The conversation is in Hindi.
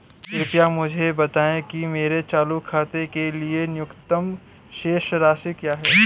कृपया मुझे बताएं कि मेरे चालू खाते के लिए न्यूनतम शेष राशि क्या है?